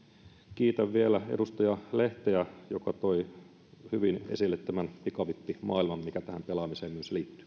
kiitän vielä edustaja lehteä joka toi hyvin esille tämän pikavippimaailman mikä tähän pelaamiseen myös liittyy